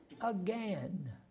again